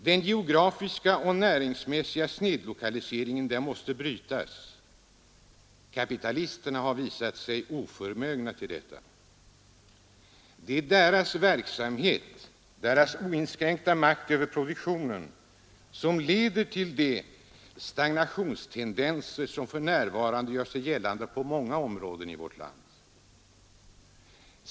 Den geografiska och näringsmässiga snedlokaliseringen måste brytas. Kapitalisterna har visat sig oförmögna till detta. Det är deras verksamhet, deras oinskränkta makt över produktionen som leder till de stagnationstendenser som för närvarande gör sig gällande på många områden i vårt land.